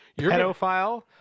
pedophile